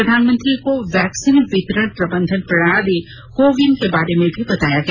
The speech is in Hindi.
प्रधानमंत्री को वैक्सीन वितरण प्रबंधन प्रणाली को विन के बारे में भी बताया गया